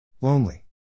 Lonely